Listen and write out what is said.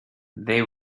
they